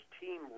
team